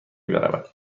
برود